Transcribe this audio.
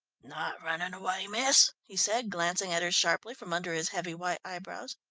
not runnin' away, miss, he said, glancing at her sharply from under his heavy white eyebrows.